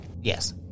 Yes